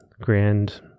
Grand